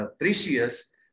precious